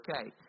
okay